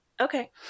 Okay